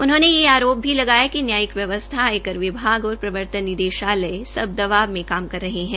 उन्होंने यह आरोप भी लगाया कि नयायिक व्यवस्था आयकर विभाग और प्रवर्तन निदेशालय सब दवाब मे कमा कर रहे है